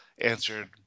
answered